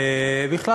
בכלל,